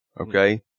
Okay